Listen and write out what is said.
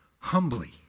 humbly